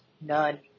None